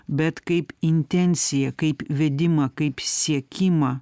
bet kaip intenciją kaip vedimą kaip siekimą